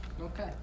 Okay